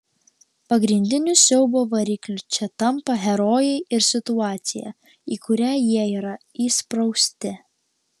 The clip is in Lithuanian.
pagrindiniu siaubo varikliu čia tampa herojai ir situacija į kurią jie yra įsprausti